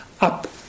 up